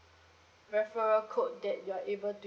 referral code that you're able to